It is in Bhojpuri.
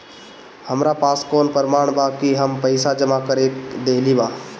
हमरा पास कौन प्रमाण बा कि हम पईसा जमा कर देली बारी?